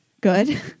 Good